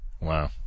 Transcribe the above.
wow